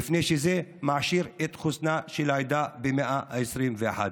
מפני שזה מעשיר את חוסנה של העדה במאה ה-21.